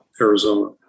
Arizona